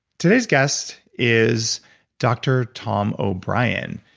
today's guest is dr tom o'bryan.